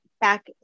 back